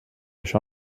això